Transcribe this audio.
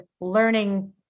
learning